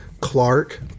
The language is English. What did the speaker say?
Clark